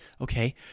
Okay